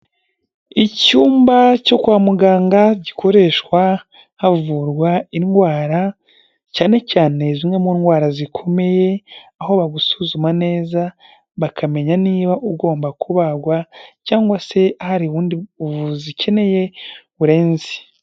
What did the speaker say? Icyumba cyo kwa muganga gikoreshwa havurwa indwara cyane cyane zimwe mu ndwara zikomeye aho bagusuzuma neza bakamenya niba ugomba kubagwa cyangwa se hari ubundi buvuzi ukeneye burenze.